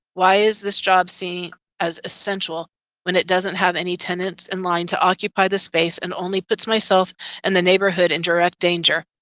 why is this job seen as essential when it doesn't have any tenants in line to occupy the space and only puts myself and the neighborhood in direct danger.